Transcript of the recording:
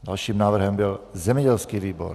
Dalším návrhem byl zemědělský výbor.